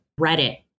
Reddit